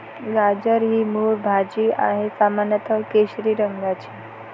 गाजर ही मूळ भाजी आहे, सामान्यत केशरी रंगाची